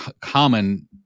common